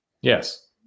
yes